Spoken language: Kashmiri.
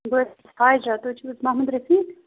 بہٕ حظ چھَس تُہۍ چھُو حظ محمد رفیٖق